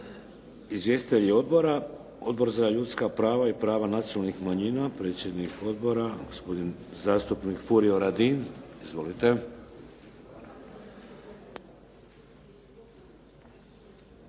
Izvjestitelji odbora? Odbor za ljudska prava i prava nacionalnih manjina predsjednik odbora gospodin zastupnik Furio Radin. Izvolite.